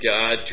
God